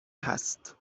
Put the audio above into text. هست